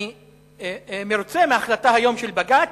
אני מרוצה מההחלטה היום של בג"ץ,